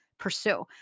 pursue